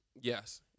Yes